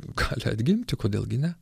gali atgimti kodėl gi ne